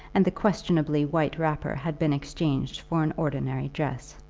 and the questionably white wrapper had been exchanged for an ordinary dress.